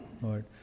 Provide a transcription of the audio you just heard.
Lord